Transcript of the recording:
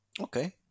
Okay